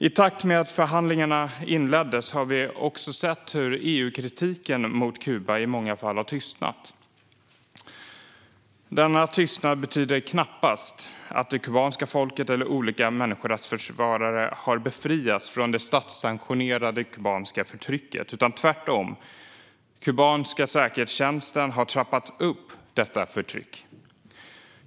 I och med att förhandlingarna inleddes såg vi också hur EU-kritiken mot Kuba i många fall tystnade. Denna tystnad betyder knappast att det kubanska folket eller olika människorättsförsvarare har befriats från det statssanktionerade kubanska förtrycket. Den kubanska säkerhetstjänsten har tvärtom trappat upp detta förtryck.